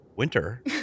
winter